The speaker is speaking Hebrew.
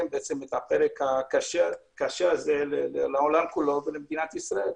את הפרק הקשה הזה לעולם כולו ולמדינת ישראל.